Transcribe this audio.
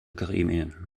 gremien